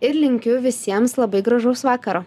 ir linkiu visiems labai gražaus vakaro